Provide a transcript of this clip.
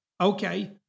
Okay